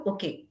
Okay